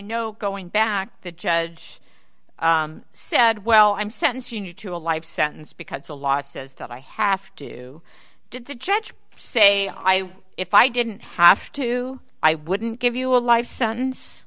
know going back the judge said well i'm sentence you to a life sentence because the law says that i have to did the judge say i if i didn't have to i wouldn't give you a life sentence